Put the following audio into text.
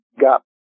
got